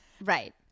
Right